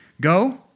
Go